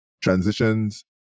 transitions